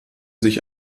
sich